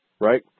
right